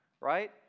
right